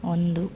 ಒಂದು